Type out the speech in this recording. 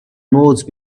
nose